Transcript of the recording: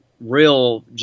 real